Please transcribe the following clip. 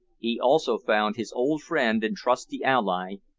he also found his old friend and trusty ally,